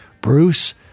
Bruce